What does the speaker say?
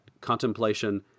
contemplation